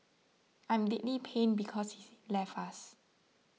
I'm deeply pained because he's left us